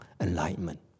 enlightenment